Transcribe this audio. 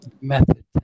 method